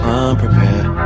unprepared